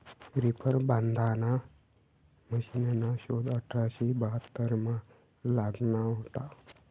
reaper बांधाना मशिनना शोध अठराशे बहात्तरमा लागना व्हता